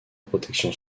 protection